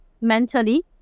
mentally